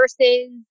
versus